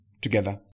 together